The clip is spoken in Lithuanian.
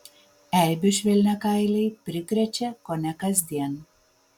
eibių švelniakailiai prikrečia kone kasdien